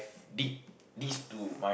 l~ list to my